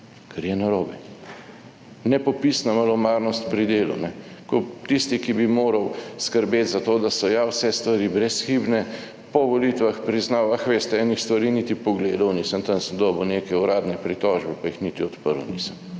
kar je narobe. Nepopisna malomarnost pri delu, ko tisti, ki bi moral skrbeti za to, da so ja vse stvari brezhibne, po volitvah priznava, »veste, enih stvari niti pogledal nisem, tam sem dobil neke uradne pritožbe, pa jih niti odprl nisem«,